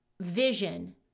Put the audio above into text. vision